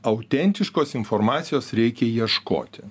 autentiškos informacijos reikia ieškoti